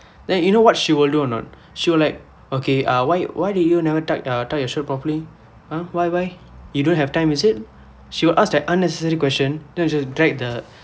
then you know what she will do or not she will like okay ah why why do you never tuck uh tuck your shirt properly !huh! why why you don't have time is it she will ask like unnecessary question then just drag the